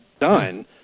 done